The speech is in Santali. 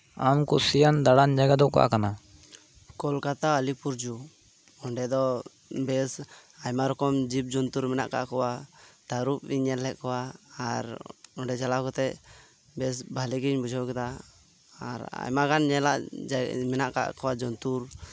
ᱟᱢ ᱠᱩᱥᱤᱭᱟᱱ ᱫᱟᱬᱟᱱ ᱡᱟᱭᱜᱟ ᱫᱚ ᱚᱠᱟ ᱠᱟᱱᱟ ᱠᱳᱞᱠᱟᱛᱟ ᱟᱞᱤᱯᱩᱨᱡᱩ ᱚᱸᱰᱮ ᱫᱚ ᱵᱮᱥ ᱟᱭᱢᱟ ᱨᱚᱠᱚᱢ ᱡᱤᱵᱽ ᱡᱩᱱᱛᱩ ᱢᱮᱱᱟᱜ ᱟᱠᱟᱫ ᱠᱚᱣᱟ ᱛᱟᱹᱨᱩᱵ ᱤᱧ ᱧᱮᱞ ᱞᱮᱜ ᱠᱚᱣᱟ ᱟᱨ ᱚᱸᱰᱮ ᱪᱟᱞᱟᱣ ᱠᱟᱛᱮ ᱵᱮᱥ ᱵᱷᱟᱞᱮ ᱜᱮᱧ ᱵᱩᱡᱷᱟᱹᱣ ᱠᱮᱫᱟ ᱟᱨ ᱟᱭᱢᱟ ᱜᱟᱱ ᱧᱮᱞᱟᱜ ᱢᱮᱱᱟᱜ ᱠᱟᱜ ᱠᱚᱣᱟ ᱡᱚᱱᱛᱩᱨ